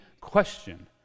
question